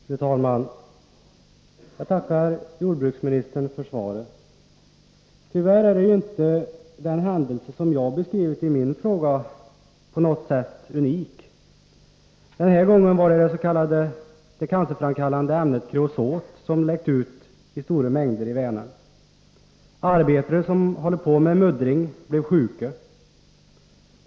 Fru talman! Jag tackar jordbruksministern för svaret. Tyvärr är inte den händelse som jag har beskrivit i min fråga på något sätt unik. Den här gången var det det cancerframkallande ämnet kreosot som i stora mängder läckte ut i Vänern. Arbetare som höll på med muddring blev sjuka.